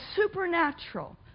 supernatural